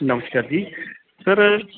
ਨਮਸਕਾਰ ਜੀ ਸਰ